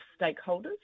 stakeholders